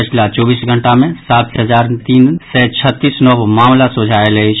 पछिला चौबीस घंटा मे सात हजार तीन सय छत्तीस नव मामिला सोझा आयल अछि